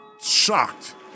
shocked